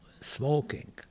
smoking